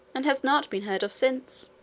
and has not been heard of since.